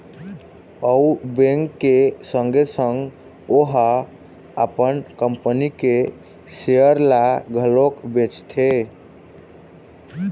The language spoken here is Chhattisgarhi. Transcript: अउ बेंक के संगे संग ओहा अपन कंपनी के सेयर ल घलोक बेचथे